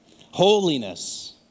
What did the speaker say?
holiness